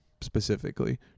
specifically